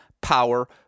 power